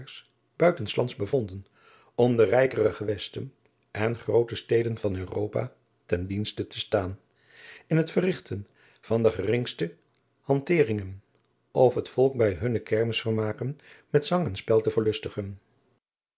buiten s lands bevonden om de rijkere gewesten en groote steden van europa ten dienste te staan in het verrigten van adriaan loosjes pzn het leven van maurits lijnslager de geringste handteringen of het volk bij hunne kermisvermaken met zang en spel te verlustigen